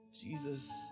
Jesus